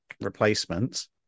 replacements